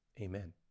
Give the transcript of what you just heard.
Amen